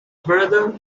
brother